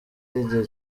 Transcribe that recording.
y’igihe